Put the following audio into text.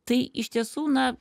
tai iš tiesų na